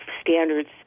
standards